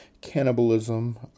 cannibalism